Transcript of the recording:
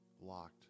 locked